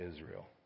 Israel